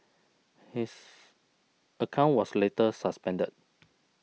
his account was later suspended